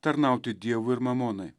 tarnauti dievui ir mamonai